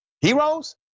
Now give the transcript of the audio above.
Heroes